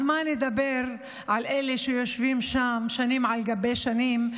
אז מה נדבר על אלה שיושבים שם שנים על גבי שנים?